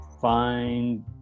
find